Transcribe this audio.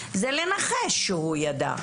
זה לנחש שהוא ידע.